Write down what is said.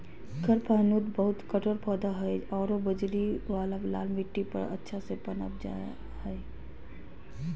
कडपहनुत बहुत कठोर पौधा हइ आरो बजरी वाला लाल मिट्टी पर अच्छा से पनप जा हइ